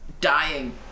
Dying